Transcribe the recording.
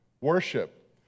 Worship